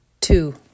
Two